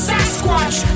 Sasquatch